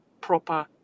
proper